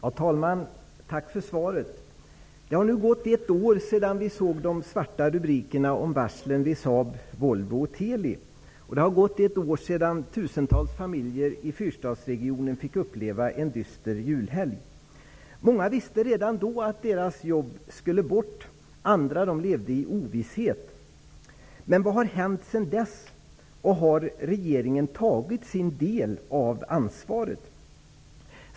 Fru talman! Jag tackar för svaret. Det har nu gått ett år sedan vi såg de svarta rubrikerna om varslen vid Saab, Volvo och Teli. Det har gått ett år sedan tusentals familjer i Fyrstadsregionen fick uppleva en dyster julhelg. Många visste redan då att deras jobb skulle bort. Andra levde i ovisshet. Vad har hänt sedan dess? Har regeringen tagit sin del av ansvaret?